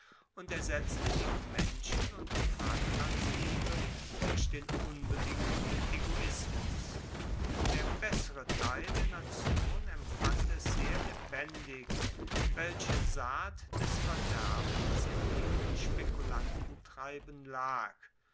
und ersetzte die menschen und die vaterlandsliebe durch den unbedingten egoismus der bessere teil der nation empfand es sehr lebendig welche saat des verderbens in jenem spekulantentreiben lag